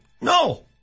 No